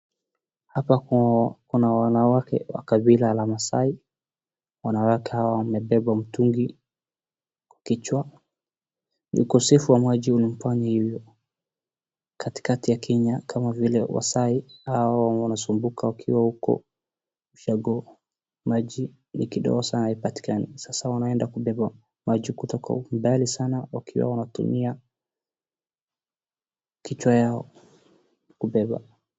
Hapa kuna wanawake wa kabila la Maasai, wanawake hawa wamebeba mtungi kwa kichwa, ni ukosefu wa maji ulimfanya ivo. Katikati ya Kenya kama vile Wamaasai hawa wanazunguka wakiwa huko ushago, maji ni kidigo sana haipatikani, sasa wanaenda kubeba maji kutoka huko mbali sana wakiwa wanatumia kichwa yao kubeba.